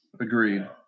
Agreed